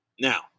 Now